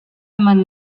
eman